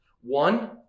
One